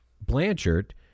Blanchard